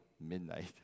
Midnight